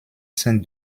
saint